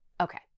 Okay